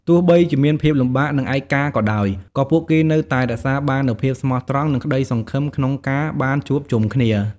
ទោះបីជាមានភាពលំបាក និងឯកាក៏ដោយ ក៏ពួកគេនៅតែរក្សាបាននូវភាពស្មោះត្រង់ និងក្តីសង្ឃឹមក្នុងការបានជួបជុំគ្នា។